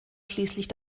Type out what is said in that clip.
schließlich